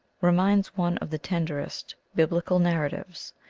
reminds one of the tenderest biblical narratives.